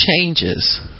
changes